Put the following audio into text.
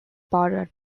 bordered